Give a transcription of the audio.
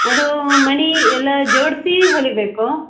ಅದು ಮಣಿ ಎಲ್ಲ ಜೋಡಿಸಿ ಹೊಲಿಯಬೇಕು